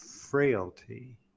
frailty